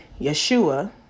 Yeshua